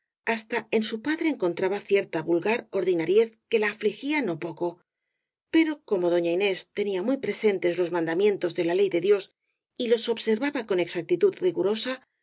hasta en su padre en contraba cierta vulgar ordinariez que la afligía no poco pero como doña inés tenía muy presentes los mandamientos de la ley de dios y los obser vaba con exactitud rigurosa